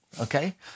okay